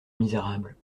misérable